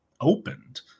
opened